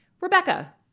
Rebecca